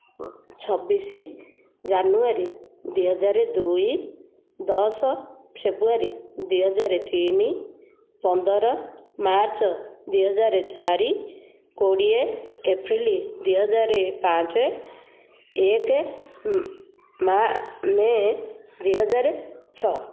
ଛବିଶି ଜାନୁୟାରୀ ଦୁଇ ହଜାର ଦୁଇ ଦଶ ଫେବୃୟାରୀ ଦୁଇ ହଜାର ତିନି ପନ୍ଦର ମାର୍ଚ୍ଚ ଦୁଇ ହଜାର ଚାରି କୋଡ଼ିଏ ଏପ୍ରିଲ ଦୁଇ ହଜାର ପାଞ୍ଚ ଏକ ମେ ଦୁଇ ହଜାର ଛଅ